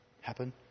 happen